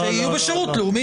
שיהיו בשירות לאומי.